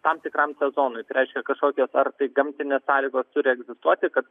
tam tikram sezonui tai reiškia kažkokios ar tai gamtinės sąlygos turi egzistuoti kad